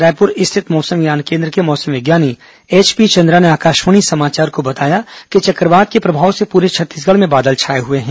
रायपुर स्थित मौसम विज्ञान केन्द्र के मौसम विज्ञानी एचपी चंद्रा ने आकाशवाणी समाचार को बताया कि चक्रवात के प्रभाव से पूरे छत्तीसगढ़ में बादल छाए हुए हैं